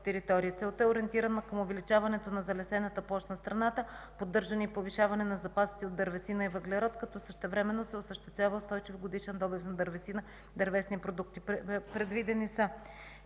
Целта е ориентирана към увеличаването на залесената площ на страната, поддържане и повишаване на запасите от дървесина и въглерод, като същевременно се осъществява устойчив годишен добив на дървесина и дървесни продукти. Предвидени са